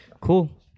Cool